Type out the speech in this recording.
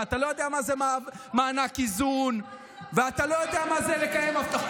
כשגב' מירב בן ארי עולה ומטנפת פה אתם לא קמים.